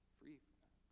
free